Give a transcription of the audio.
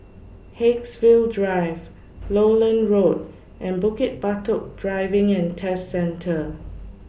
Haigsville Drive Lowland Road and Bukit Batok Driving and Test Centre